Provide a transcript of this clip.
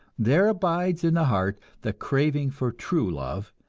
there abides in the heart the craving for true love,